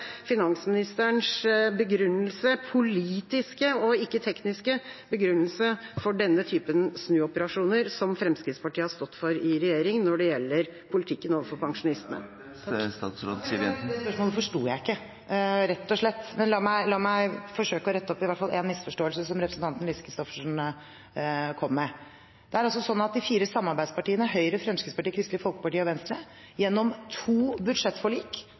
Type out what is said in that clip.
finansministerens politiske, ikke tekniske, begrunnelse for denne typen snuoperasjoner som Fremskrittspartiet har stått for i regjering når det gjelder politikken overfor pensjonistene. Det spørsmålet forsto jeg ikke, rett og slett. Men la meg forsøke å rette opp i i hvert fall én misforståelse som representanten Lise Christoffersen kom med. Det er altså sånn at de fire samarbeidspartiene, Høyre, Fremskrittspartiet, Kristelig Folkeparti og Venstre, gjennom to budsjettforlik